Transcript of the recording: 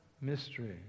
mystery